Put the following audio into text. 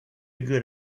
good